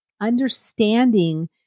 understanding